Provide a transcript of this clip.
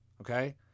Okay